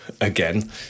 again